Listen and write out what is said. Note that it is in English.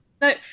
No